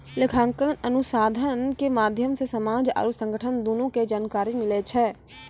लेखांकन अनुसन्धान के माध्यम से समाज आरु संगठन दुनू के जानकारी मिलै छै